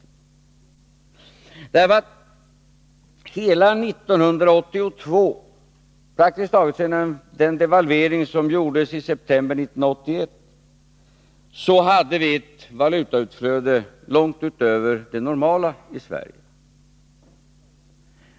Under hela 1982 — praktiskt taget sedan den devalvering som genomfördes i september 1981 — hade vi ett valutautflöde långt utöver det normala i Sverige.